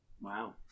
Wow